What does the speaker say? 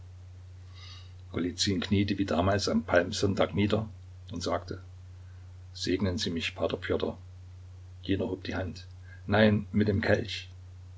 kniete wie damals am palmsonntag nieder und sagte segnen sie mich p pjotr jener hob die hand nein mit dem kelch